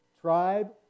tribe